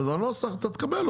אז את הנוסח אתה תקבל.